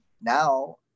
now